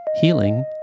healing